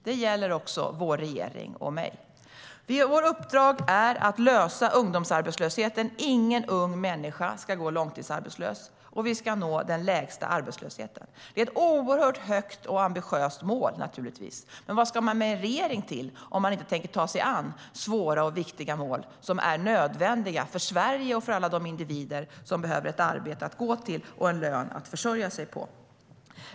Det gäller också vår regering och mig. Vårt uppdrag är att lösa ungdomsarbetslösheten. Ingen ung människa ska gå långtidsarbetslös, och vi ska nå den lägsta arbetslösheten. Det är ett högt och ambitiöst mål, men vad ska man med en regering till om den inte tänker ta sig an svåra och viktiga mål som är nödvändiga för Sverige och för alla de individer som behöver ett arbete att gå till och en lön att försörja sig på?